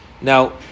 Now